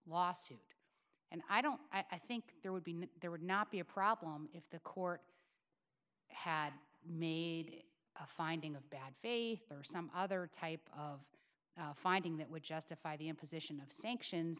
lawsuit and i don't i think there would be there would not be a problem if the court had made a finding of bad faith or some other type of finding that would justify the imposition of sanctions